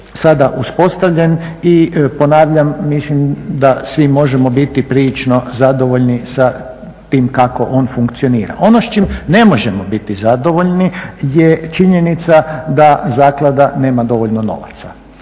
sada uspostavljen i ponavljam mislim da svi možemo biti prilično zadovoljni sa tim kako on funkcionira. Ono s čim ne možemo biti zadovoljni je činjenica da zaklada nema dovoljno novaca.